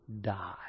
die